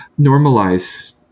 normalize